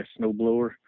snowblower